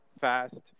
fast